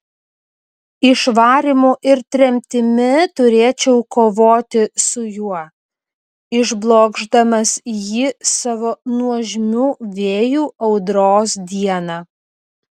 išvarymu ir tremtimi turėčiau kovoti su juo išblokšdamas jį savo nuožmiu vėju audros dieną